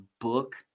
book